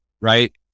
right